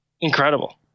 incredible